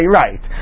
right